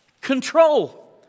Control